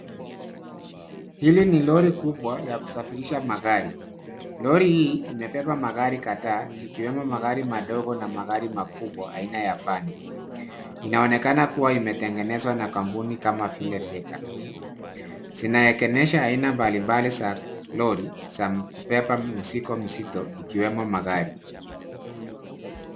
Hili ni lori kubwa ya kusafirisha magari. Lori hii imebeba magari kadhaa, ikiwemo magari madogo na magari makubwa aina ya van .Inaonekana kuwa imetengenezwa na kampuni kama vile Zeekr. Zinaegenesha aina mbalimbali za lori za kubeba mzigo mzito ikiwemo magari.